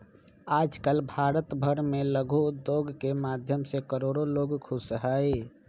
आजकल भारत भर में लघु उद्योग के माध्यम से करोडो लोग खुश हई